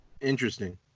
Interesting